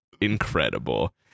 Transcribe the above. incredible